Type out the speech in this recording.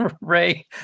Ray